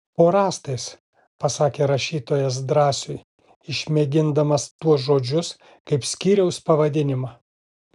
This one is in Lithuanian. po rąstais pasakė rašytojas drąsiui išmėgindamas tuos žodžius kaip skyriaus pavadinimą